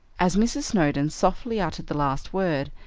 as mrs. snowdon softly uttered the last word,